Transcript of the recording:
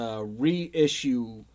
reissue